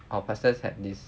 our pastors had this